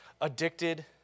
addicted